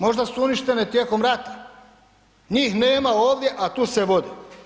Možda su uništene tijekom rata, njih nema ovdje, a tu se vode.